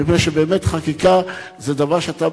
מפני שבאמת חקיקה זה דבר שאתה,